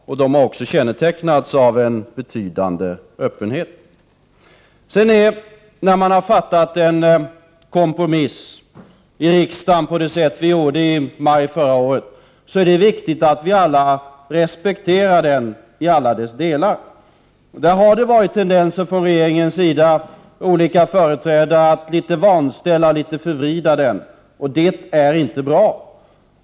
Dessa diskussioner har kännetecknats av en betydande öppenhet. När vi i riksdagen har fattat beslut om en viktig kompromiss, på det sätt som vi gjorde i maj förra året, är det viktigt att vi alla respekterar den i alla dess delar. Men regeringen och olika företrädare har haft en tendens att vanställa och förvrida denna kompromiss litet grand, och det är inte bra.